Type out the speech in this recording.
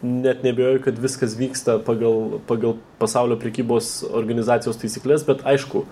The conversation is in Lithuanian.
net neabejoju kad viskas vyksta pagal pagal pasaulio prekybos organizacijos taisykles bet aišku